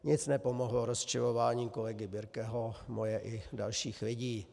Nic nepomohlo rozčilování kolegy Birkeho, moje i dalších lidí.